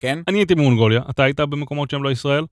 כן? אני הייתי מונגוליה, אתה היית במקומות שהם לא ישראל?